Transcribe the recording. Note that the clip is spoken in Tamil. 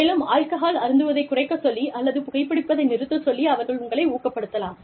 மேலும் ஆல்கஹால் அருந்துவதைக் குறைக்கச் சொல்லி அல்லது புகைப்பிடிப்பதை நிறுத்தச் சொல்லி அவர்கள் உங்களை ஊக்கப்படுத்தலாம்